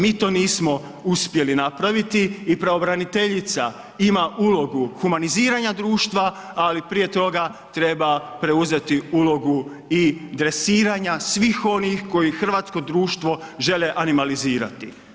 Mi to nismo uspjeli napraviti i pravobraniteljica ima ulogu humaniziranja društva ali prije toga treba preuzeti ulogu i dresiranja svih onih koji hrvatsko društvo žele animalizirati.